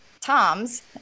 Tom's